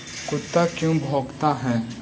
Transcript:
कुत्ता क्यों भौंकता है?